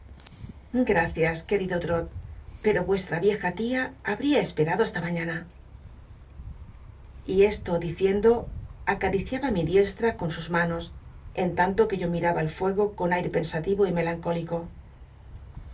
gracias querido trot pero vuestra vieja tia habría esperado hasta mañana y esto diciendo acariciaba mi diestra con sus manos en tanto que yo miraba el fuego con aire pensativo y melancólico